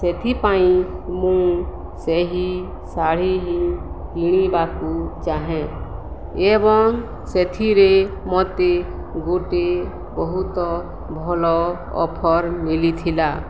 ସେଥିପାଇଁ ମୁଁ ସେହି ଶାଢ଼ୀ ହିଁ କିଣିବାକୁ ଚାହେଁ ଏବଂ ସେଥିରେ ମତେ ଗୋଟେ ବହୁତ ଭଲ ଅଫର୍ ମିଳିଥିଲା